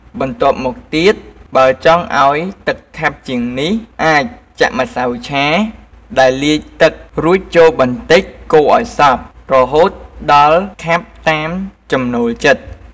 បន្ទាប់មកទៀត បើចង់ឱ្យទឹកខាប់ជាងនេះ អាចចាក់ម្សៅឆាដែលលាយទឹករួចចូលបន្តិចកូរឱ្យសព្វ រហូតដល់ខាប់តាមចំណូលចិត្ត។